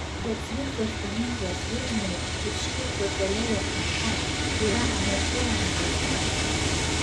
bet cvirkos paminklas vilniuje ir škirpos alėja ten pat yra anaiptol ne tas pats